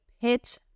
pitch